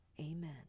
Amen